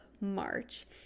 March